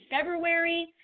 February